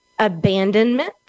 Abandonment